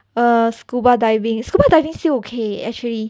err scuba diving scuba diving still okay actually